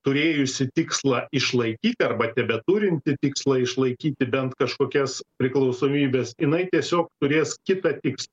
turėjusi tikslą išlaikyt arba tebeturinti tikslą išlaikyti bent kažkokias priklausomybes jinai tiesiog turės kitą tikslą